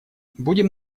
будем